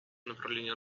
направлением